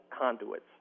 conduits